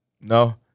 No